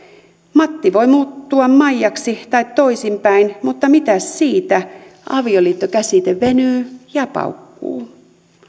matti voi muuttua maijaksi tai toisinpäin mutta mitäs siitä avioliittokäsite venyy ja paukkuu